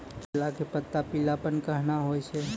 केला के पत्ता पीलापन कहना हो छै?